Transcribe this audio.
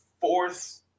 fourth